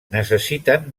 necessiten